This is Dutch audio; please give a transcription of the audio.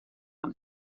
van